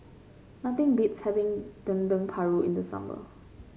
nothing beats having Dendeng Paru in the summer